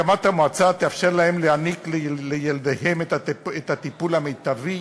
הקמת המועצה תאפשר להם לתת לילדיהם את הטיפול המיטבי,